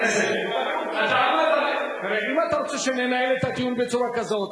אם אתה רוצה שננהל את הדיון בצורה כזאת,